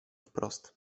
wprost